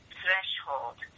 threshold